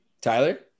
Tyler